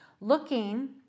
Looking